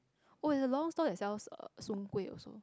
oh it's a long stall that sells uh soon-kueh also